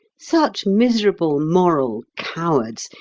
such miserable, moral cowards,